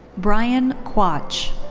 brian quach.